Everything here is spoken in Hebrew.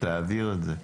תעביר את זה.